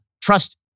trust